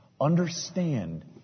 understand